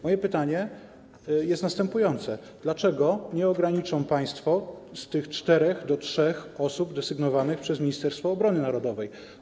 Moje pytanie jest następujące: Dlaczego nie ograniczą państwo z tych czterech do trzech osób desygnowanych przez Ministerstwo Obrony Narodowej?